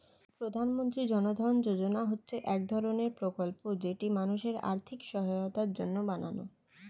প্রধানমন্ত্রী জন ধন যোজনা হচ্ছে এক ধরণের প্রকল্প যেটি মানুষের আর্থিক সহায়তার জন্য বানানো